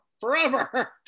Forever